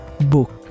book